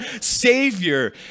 savior